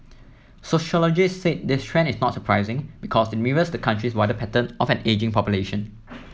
sociologists said this trend is not surprising because it mirrors the country's wider pattern of an ageing population